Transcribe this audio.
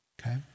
Okay